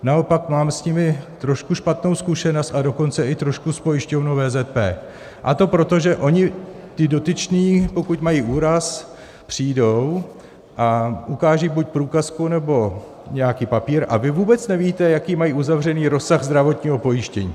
Naopak, mám s nimi trošku špatnou zkušenost, a dokonce i trošku s pojišťovnou VZP, a to proto, že oni ti dotyční, pokud mají úraz, přijdou a ukážou buď průkazku, nebo nějaký papír, a vy vůbec nevíte, jaký mají uzavřený rozsah zdravotního pojištění.